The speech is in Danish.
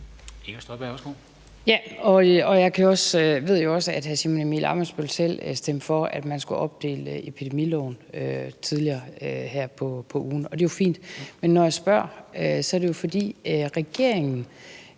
Jeg ved jo også, at hr. Simon Emil Ammitzbøll-Bille selv stemte for, at man skulle opdele epidemiloven tidligere her på ugen, og det er jo fint. Men når jeg spørger, er det jo, fordi regeringen